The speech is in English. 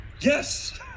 yes